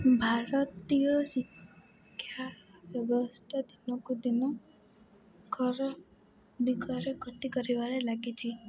ଭାରତୀୟ ଶିକ୍ଷା ବ୍ୟବସ୍ଥା ଦିନକୁ ଦିନ ଖରାପ ଦିଗରେ ଗତି କରିବାରେ ଲାଗିଚି